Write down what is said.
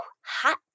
hot